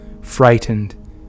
frightened